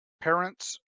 parents